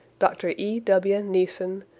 dr. e w. neson,